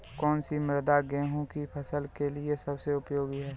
कौन सी मृदा गेहूँ की फसल के लिए सबसे उपयोगी है?